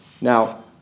Now